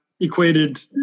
equated